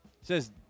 says